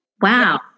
Wow